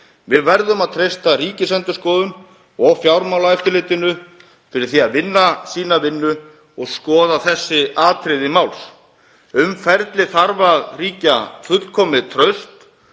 Við verðum að treysta Ríkisendurskoðun og Fjármálaeftirlitinu fyrir því að vinna sína vinnu og skoða þessi atriði máls. Um ferlið þarf að ríkja fullkomið traust